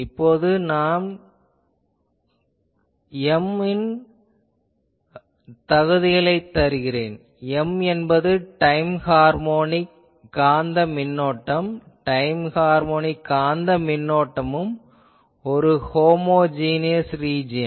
இப்பொழுது நான் M ன் தகுதிகளைத் தருகிறேன் M என்பது டைம் ஹார்மோனிக் காந்த மின்னோட்டம் டைம் ஹார்மோனிக் காந்த மின்னோட்டமும் ஒரு ஹோமொஜீனியஸ் ரிஜியன்